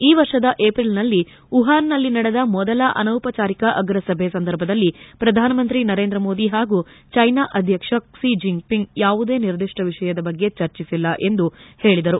ಈ ವರ್ಷದ ಏಪ್ರಿಲ್ನಲ್ಲಿ ವುಹಾನ್ನಲ್ಲಿ ನಡೆದ ಮೊದಲ ಅನೌಪಚಾರಿಕ ಅಗ್ರಸಭೆ ಸಂದರ್ಭದಲ್ಲಿ ಪ್ರಧಾನ ಮಂತ್ರಿ ನರೇಂದ್ರ ಮೋದಿ ಹಾಗೂ ಜೈನಾ ಅಧ್ಯಕ್ಷ ಕ್ಷಿ ಜಿನ್ಪಿಂಗ್ ಯಾವುದೇ ನಿರ್ದಿಷ್ಟ ವಿಷಯದ ಬಗ್ಗೆ ಚರ್ಚಿಸಿಲ್ಲ ಎಂದು ಹೇಳದರು